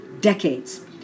decades